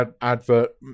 advert